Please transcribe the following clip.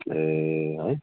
ए है